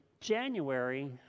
january